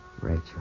Rachel